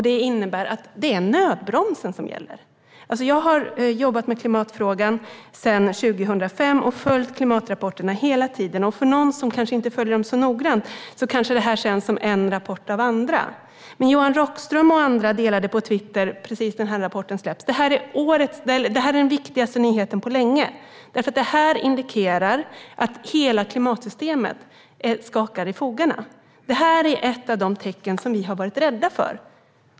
Det innebär att det är nödbromsen som gäller. Jag har jobbat med klimatfrågan sedan 2005 och följt klimatrapporterna hela tiden. För någon som kanske inte följer dem så noggrant kanske detta känns som en rapport bland andra. Men Johan Rockström och andra skrev på Twitter precis när rapporten hade släppts: Det här är den viktigaste nyheten på länge, för detta indikerar att hela klimatsystemet knakar i fogarna. Detta är ett av de tecken som vi har varit rädda för.